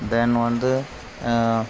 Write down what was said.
தென் வந்து